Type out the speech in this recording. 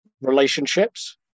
relationships